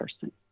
person